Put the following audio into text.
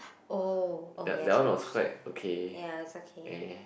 oh oh yes you watched it ya it was okay